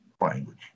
language